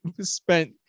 spent